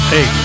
Hey